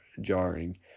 jarring